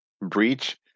breach